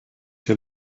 hier